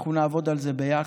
אנחנו נעבוד על זה ביחד.